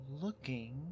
looking